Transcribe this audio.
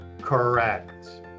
correct